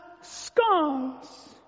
scars